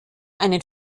einen